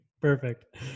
Perfect